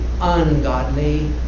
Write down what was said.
ungodly